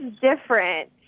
different